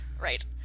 Right